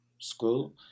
School